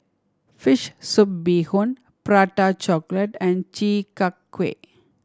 fish soup bee hoon Prata Chocolate and Chi Kak Kuih